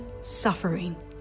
suffering